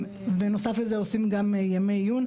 בנוסף לזה, עושים גם ימי עיון.